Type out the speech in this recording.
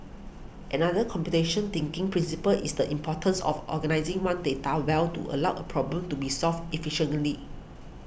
another computation thinking principle is the importance of organising one's data well to allow a problem to be solved efficiently